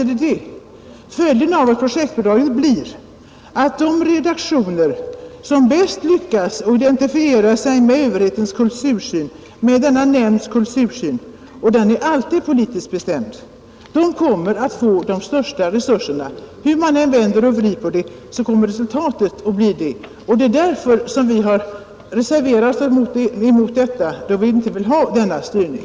Följden av ett system med projektbidrag blir att de redaktioner som bäst identifierar sig med överhetens kultursyn — och den är alltid politiskt bestämd — kommer att få de största resurserna, Hur man än vänder och vrider på saken kommer resultatet att bli detta. Därför har vi reserverat oss mot detta förslag, då vi inte vill ha denna styrning.